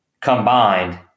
combined